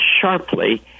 sharply